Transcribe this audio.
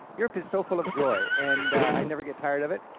europe is so full of joy and i never get tired of it,